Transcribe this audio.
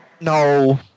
No